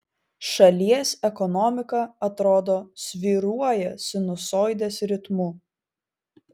šalies ekonomika atrodo svyruoja sinusoidės ritmu